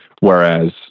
Whereas